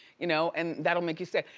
you know and that'll make you sad.